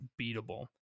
beatable